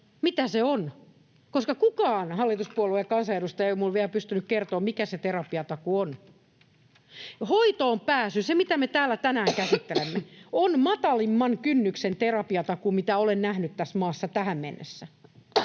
mitä se on, koska kukaan hallituspuolueen kansanedustaja ei ole minulle vielä pystynyt kertomaan, mikä se terapiatakuu on. Hoitoonpääsy, se, mitä me täällä tänään käsittelemme, on matalimman kynnyksen terapiatakuu, mitä olen nähnyt tässä maassa tähän mennessä.